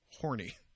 Horny